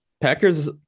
Packers